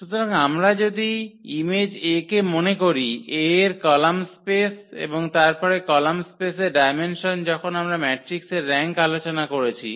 সুতরাং আমরা যদি ইমেজ A কে মনে করি A এর কলাম স্পেস এবং তারপরে কলাম স্পেসের ডায়মেনসন যখন আমরা ম্যাট্রিক্সের র্যাঙ্ক আলোচনা করেছি